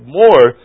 more